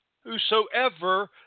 Whosoever